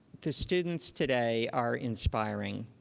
the students today are inspiring.